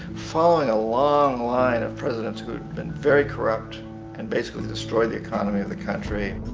following a long line of presidents who'd been very corrupt and basically destroyed the economy of the country.